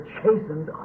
chastened